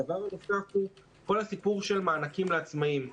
הדבר הנוסף הוא כל הסיפור של מענקים לעצמאים.